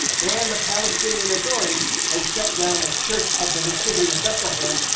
and the palestinian authority has shut down the church of the nativity in bethlehem,